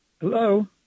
Hello